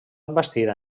bastida